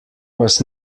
was